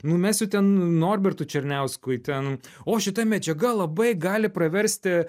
numesiu ten norbertui černiauskui ten o šita medžiaga labai gali praversti